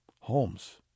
Holmes